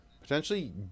potentially